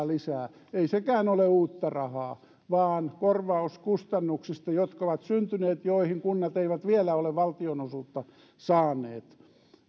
lisää ei sekään ole uutta rahaa vaan korvaus kustannuksista jotka ovat syntyneet ja joihin kunnat eivät vielä ole valtionosuutta saaneet